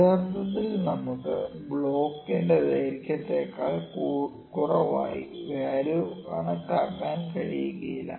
യഥാർത്ഥത്തിൽ നമുക്കു ബ്ലോക്കിന്റെ ദൈർഘ്യത്തേക്കാൾ കുറവായി വാല്യൂ കണക്കാക്കാൻ കഴിയില്ല